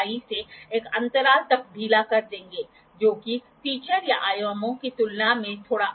आपके पास दो रोलर्स हैं ये रोलर आयाम d के रूप में दिए गए हैं और रोलर का केंद्र सिर से सपाट सतह के शीर्ष तक h है और दो रोलर्स के बीच की दूरी L है